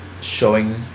showing